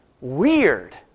weird